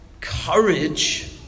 courage